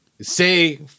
say